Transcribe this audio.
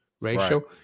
ratio